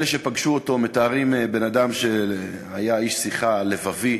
אלה שפגשו אותו מתארים בן-אדם שהיה איש שיחה לבבי,